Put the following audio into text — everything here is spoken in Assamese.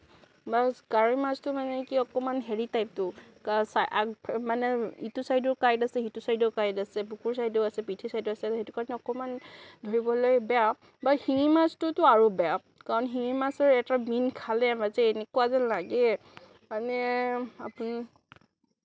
কাৱৈ মাছটো মানে কি অকমাণ হেৰি টাইপটো মানে ইটো চাইডেও কাইট আছে সিটো চাইডেও কাইট আছে বুকুৰ চাইডেও আছে পিঠিৰ চাইডেও আছে সেইটো কাৰণে অকণমান ধৰিবলৈ বেয়া বাট শিঙি মাছটোতো আৰু বেয়া কাৰণ শিঙি মাছৰ এটা বিন্ধ খালেই যে এনেকুৱা যে লাগে মানে আপুনি